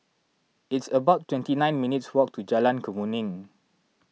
it's about twenty nine minutes' walk to Jalan Kemuning